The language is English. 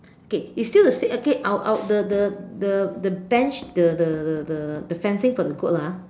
okay it's still the same okay I'll I'll the the the the bench the the the the the fencing for the goat lah